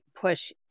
push